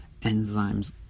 enzymes